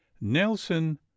Nelson